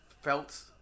felt